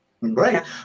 right